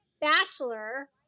bachelor